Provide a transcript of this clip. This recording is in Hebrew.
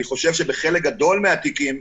אני חושב שבחלק גדול מהתיקים,